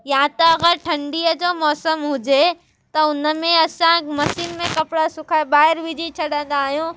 या त अगरि ठंडीअ जो मौसम हुजे त उन में असां मसीन में कपिड़ा सुकाए ॿाहिरि विझी छॾंदा आहियूं